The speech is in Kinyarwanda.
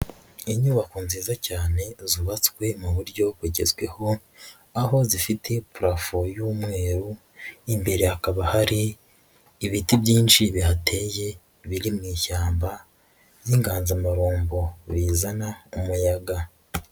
Inyubako nziza cyane zubatswe mu buryo bugezweho, aho zifite purafo y'umweru, imbere hakaba hari ibiti byinshi bihateye biri mu ishyamba by'inganzamarumbo, bizana umuyaga.